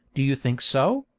do you think so,